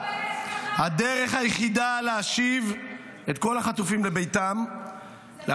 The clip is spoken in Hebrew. הדרך היחידה להשיב את כל החטופים לביתם -- היא לתת משאיות לחמאס.